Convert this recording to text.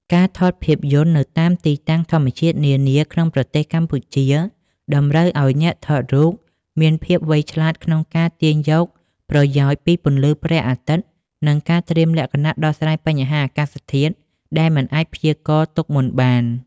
ការថតភាពយន្តនៅតាមទីតាំងធម្មជាតិនានាក្នុងប្រទេសកម្ពុជា តម្រូវឱ្យអ្នកថតរូបមានភាពវៃឆ្លាតក្នុងការទាញយកប្រយោជន៍ពីពន្លឺព្រះអាទិត្យ និងការត្រៀមលក្ខណៈដោះស្រាយបញ្ហាអាកាសធាតុដែលមិនអាចព្យាករណ៍ទុកមុនបាន។